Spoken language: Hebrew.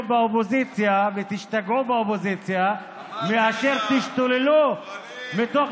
באופוזיציה ושתשתגעו באופוזיציה מאשר תשתוללו בתוך,